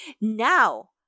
Now